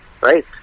right